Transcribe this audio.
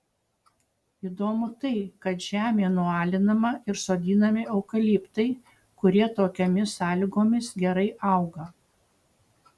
įdomu tai kad žemė nualinama ir sodinami eukaliptai kurie tokiomis sąlygomis gerai auga